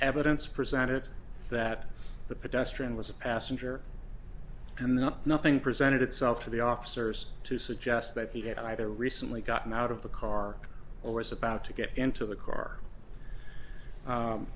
evidence presented that the pedestrian was a passenger and the nothing presented itself to the officers to suggest that he had either recently gotten out of the car or is about to get into the car